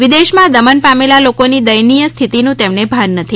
વિદેશમાં દમન પામેલા લોકોની દાયનીય સ્થિતિનું તેમને ભાન નથી